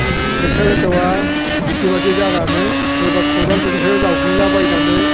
tractor होथावा बेबायदि जानानै सोरबा खदालजोंसो जावग्लिला बायनानै